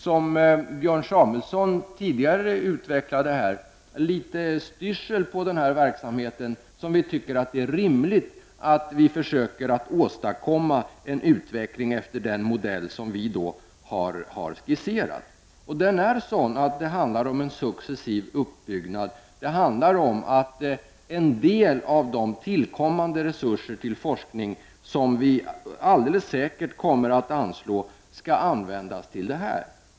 Som Björn Samuelson tidigare sade är det för att få litet styrsel på verksamheten som vi tycker att det är rimligt att vi försöker att åstadkomma en utveckling efter den modell som vi har skisserat. Modellen är sådan att det handlar om en successiv uppbyggnad och att en del av de tillkommande resurser till forskning som vi alldeles säkert kommer att anslå skall användas till detta.